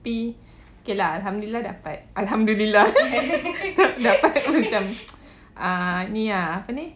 tapi okay lah alhamdulillah dapat alhamdulillah dapat macam ni ah apa ni